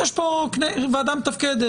יש כאן ועדה מתפקדת.